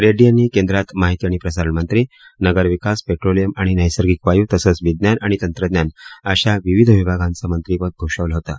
रेङ्डी यांनी केंद्रात माहिती आणि प्रसारणमंत्री नगरविकास पेट्रोलियम आणि नैसर्गिक वायू तसंच विज्ञान आणि तंत्रज्ञान अशा विविध विभागांच मंत्रीपद भूषवलं होतं